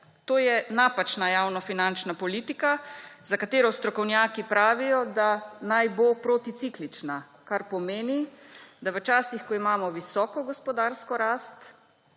To je napačna javnofinančna politika, za katero strokovnjaki pravijo, da naj bo proticiklična, kar pomeni, da v časih, ko imamo visoko gospodarsko rast,